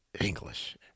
English